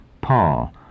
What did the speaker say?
Paul